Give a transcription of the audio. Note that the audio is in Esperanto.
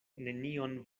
nenion